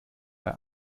bei